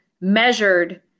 measured